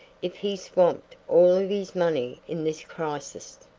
if he swamped all of his money in this crisis.